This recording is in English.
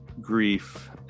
Grief